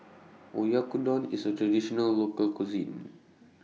Oyakodon IS A Traditional Local Cuisine